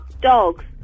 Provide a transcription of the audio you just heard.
Dogs